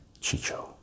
Chicho